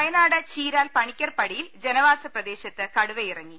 വയനാട് ചീരാൽ പണിക്കർ പടിയിൽ ജനവാസ പ്രദേശത്ത് കടുവയിറങ്ങി